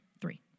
Three